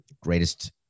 Greatest